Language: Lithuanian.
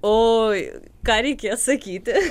oi ką reikės sakyti